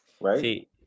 Right